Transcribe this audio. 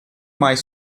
mais